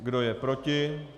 Kdo je proti?